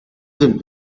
sind